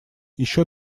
еще